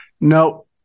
No